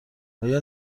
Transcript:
آیا